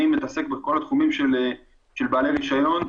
אני מתעסק בכל התחומים של בעלי רישיון,